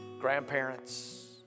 grandparents